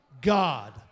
God